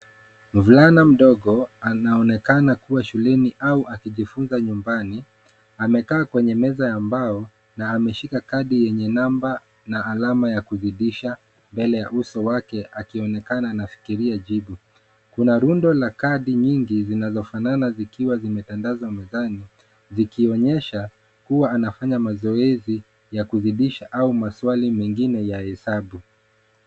Mvulana mdogo anaonekana kuwa shuleni au akijifunza nyumbani. Amekaa kwenye meza ya mbao na ameshika kadi yenye namba na alama ya kuzidisha mbele ya uso wake akionekana anafikiria jibu. Kuna rudo la kadi nyingi zinazofanana zikiwa zimetandazwa mezani zikionyesha huwa anafanya mazoezi ya kuzidisha au maswali mengine ya hesabu.